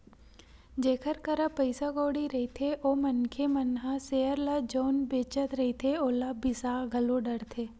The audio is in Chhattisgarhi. जेखर करा पइसा कउड़ी रहिथे ओ मनखे मन ह सेयर ल जउन बेंचत रहिथे ओला बिसा घलो डरथे